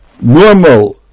normal